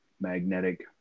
magnetic